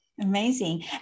amazing